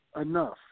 Enough